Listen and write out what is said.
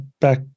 back